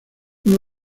uno